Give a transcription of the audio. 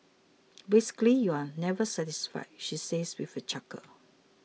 basically you're just never satisfied she says with a chuckle